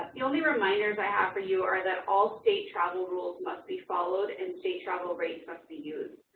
the only reminders i have for you are that all state travel rules must be followed, and state travel rates must be used.